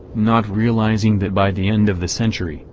not realizing that by the end of the century,